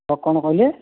ଆଉ କ'ଣ କହିଲେ